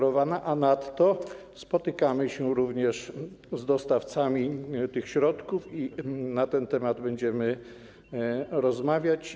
Ponadto spotykamy się również z dostawcami tych środków i na ten temat będziemy rozmawiać.